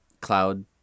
cloud